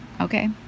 okay